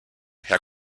herr